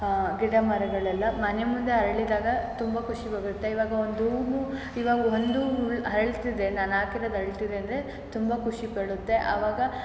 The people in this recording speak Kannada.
ಗಿಡ ಮರಗಳೆಲ್ಲ ಮನೆ ಮುಂದೆ ಅರಳಿದಾಗ ತುಂಬ ಖುಷಿ ಬರುತ್ತೆ ಇವಾಗ ಒಂದು ಹೂವು ಇವಾಗ ಒಂದು ಹೂ ಅರಳ್ತಿದೆ ನಾನು ಹಾಕಿರೋದು ಅರಳ್ತಿದೆ ಅಂದರೆ ತುಂಬ ಖುಷಿ ಪಡುತ್ತೆ ಆವಾಗ